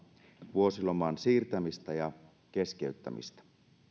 vuosiloman siirtämistä ja keskeyttämistä